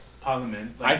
parliament